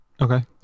Okay